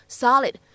solid